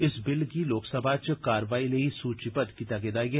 इस बिल गी लोकसभा च कार्रवाई लेई सूचिबद्व कीता गेदा ऐ